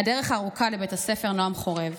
"הדרך הארוכה לבית הספר", נועם חורב.